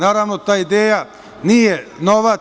Naravno, ta ideja nije nova.